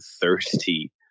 thirsty